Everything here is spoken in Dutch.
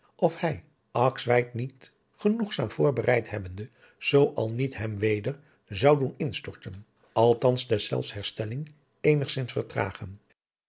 of hij akswijk niet genoegzaam voorbereid hebbende zoo al niet hem weder zou doen instorten althans deszelfs herstelling eenigzins vertragen